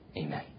Amen